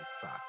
suck